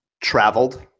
traveled